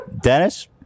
Dennis